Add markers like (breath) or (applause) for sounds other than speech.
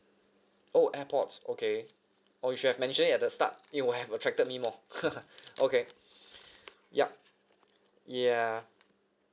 oh airpods okay oh you should have mentioned it at the start it would have attracted me more (laughs) okay (breath) ya yeah